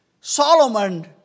Solomon